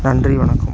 நன்றி வணக்கம்